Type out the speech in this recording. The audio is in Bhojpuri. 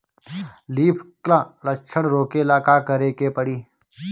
लीफ क्ल लक्षण रोकेला का करे के परी?